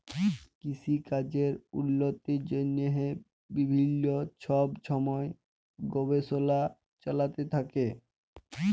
কিসিকাজের উল্লতির জ্যনহে বিভিল্ল্য ছব ছময় গবেষলা চলতে থ্যাকে